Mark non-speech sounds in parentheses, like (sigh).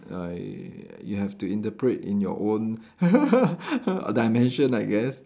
uh you have to interpret in your own (laughs) dimension I guess